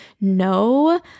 no